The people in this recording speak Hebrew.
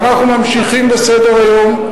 ואנחנו ממשיכים בסדר-היום.